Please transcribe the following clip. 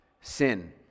sin